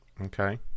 okay